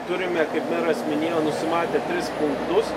turime kaip meras minėjau nusimatę tris punktus